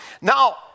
Now